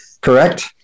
correct